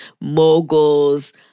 mogul's